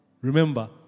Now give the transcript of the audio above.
Remember